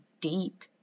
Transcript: deep